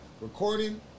recording